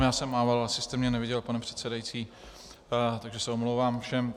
Já jsem mával, asi jste mě neviděl, pane předsedající, takže se omlouvám všem.